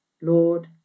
Lord